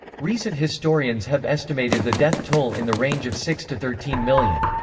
recent historians have estimated the death toll in the range of six to thirteen million.